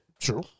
true